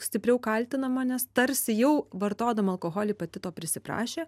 stipriau kaltinama nes tarsi jau vartodama alkoholį pati to prisiprašė